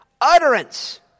utterance